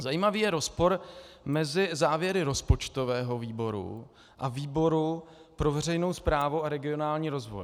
Zajímavý je rozpor mezi závěry rozpočtového výboru a výboru pro veřejnou správu a regionální rozvoj.